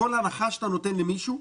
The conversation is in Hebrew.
בסוף, כל הנחה שאתה נותן למישהו,